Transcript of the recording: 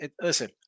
Listen